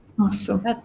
Awesome